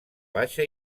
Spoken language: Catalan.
baixa